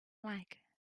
like